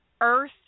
earth